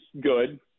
good